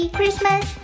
Christmas